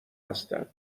هستن